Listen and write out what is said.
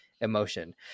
emotion